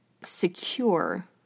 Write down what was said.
secure